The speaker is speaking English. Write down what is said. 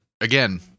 again